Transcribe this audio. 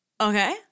Okay